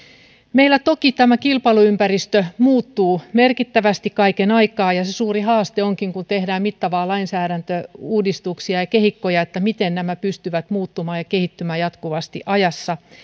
meillä toki tämä kilpailuympäristö muuttuu merkittävästi kaiken aikaa ja se suuri haaste onkin kun tehdään mittavia lainsäädäntöuudistuksia ja kehikkoja miten nämä pystyvät muuttumaan ja kehittymään jatkuvasti ajassa